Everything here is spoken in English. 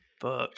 Fuck